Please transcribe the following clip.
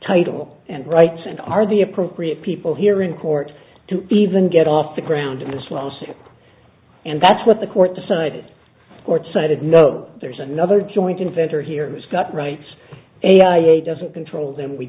title and rights and are the appropriate people here in court to even get off the ground in this lawsuit and that's what the court decided court sided note there's another joint inventor here who's got rights doesn't control